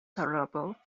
tolerable